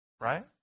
right